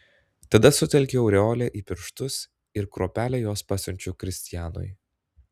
tada sutelkiu aureolę į pirštus ir kruopelę jos pasiunčiu kristianui